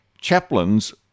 Chaplains